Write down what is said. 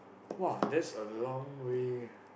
!wah! that's a long way ah